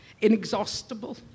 Inexhaustible